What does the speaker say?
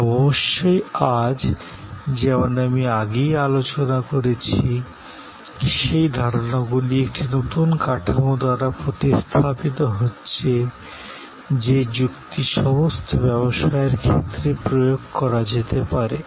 তবে অবশ্যই আজ যেমন আমি আগেই আলোচনা করেছি সেই ধারণাগুলি একটি নতুন কাঠামো দ্বারা প্রতিস্থাপিত হচ্ছে যে যুক্তি সমস্ত ব্যবসায়ের ক্ষেত্রে প্রয়োগ করা যেতে পারে